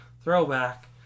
throwback